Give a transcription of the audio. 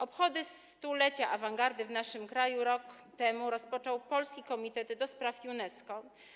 Obchody stulecia awangardy w naszym kraju rok temu rozpoczął Polski Komitet ds. UNESCO.